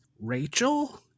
Rachel